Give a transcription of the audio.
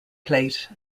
plate